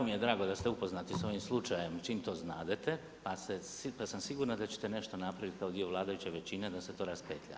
Jako mi je drago da ste upoznati s ovim slučajem čim to znadete pa sam siguran da ćete nešto napraviti kao dio vladajuće većine da se to raspetlja.